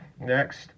Next